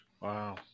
Wow